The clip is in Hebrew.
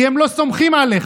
כי הם לא סומכים עליך,